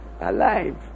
alive